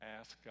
ask